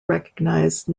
recognize